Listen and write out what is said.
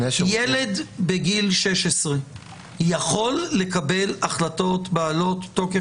ילד בגיל 16 יכול לקבל החלטות בעלות תוקף משפטי?